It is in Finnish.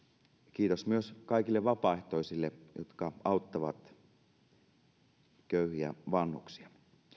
kiitos myös kaikille vapaaehtoisille jotka auttavat köyhiä vanhuksia